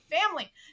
family